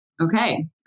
Okay